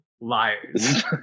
liars